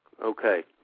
Okay